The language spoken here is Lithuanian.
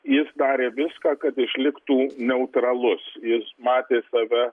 jis darė viską kad išliktų neutralus jis matė save